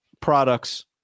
products